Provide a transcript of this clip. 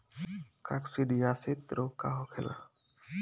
काकसिडियासित रोग का होखेला?